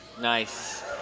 Nice